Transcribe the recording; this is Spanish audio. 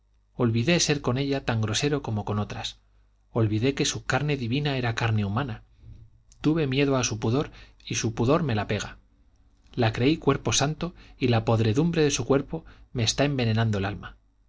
olvidé ser con ella tan grosero como con otras olvidé que su carne divina era carne humana tuve miedo a su pudor y su pudor me la pega la creí cuerpo santo y la podredumbre de su cuerpo me está envenenando el alma